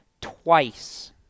twice